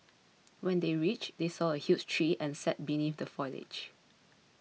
when they reached they saw a huge tree and sat beneath the foliage